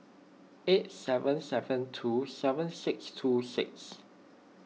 eight seven seven two seven six two six